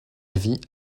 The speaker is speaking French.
vit